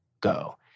go